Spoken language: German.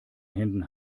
händen